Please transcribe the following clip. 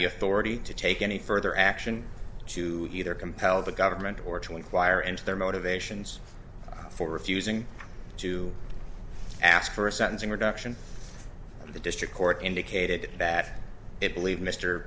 the authority to take any further action to either compel the government or to inquire into their motivations for refusing to ask for a sentencing reduction and the district court indicated that it believe mr